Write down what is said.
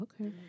okay